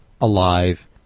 alive